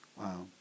wow